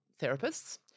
therapists